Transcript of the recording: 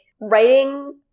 writing